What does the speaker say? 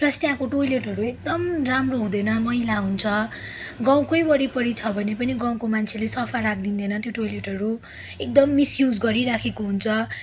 plus त्यहाँको टोयलेटहरू एकदम राम्रो हुँदैन मैला हुन्छ गाउँकै वरिपरि छ भने पनि गाउँको मान्छेले सफा राखिदिँदैन त्यो टोयलेटहरू एकदम मिसयुज गरिरहेको हुन्छ